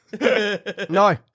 No